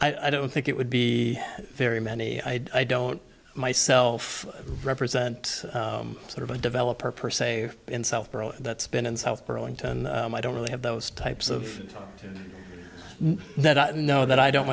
o i don't think it would be very many i don't myself represent sort of a developer per se in southborough that's been in south burlington i don't really have those types of that i know that i don't